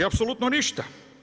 Apsolutno ništa.